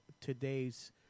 today's